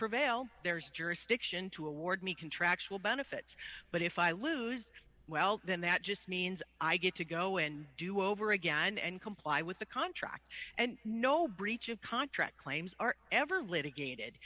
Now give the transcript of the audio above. prevail there's jurisdiction to award me contractual benefits but if i lose well then that just means i get to go and do over again and comply with the contract and no breach of contract claims are ever litigated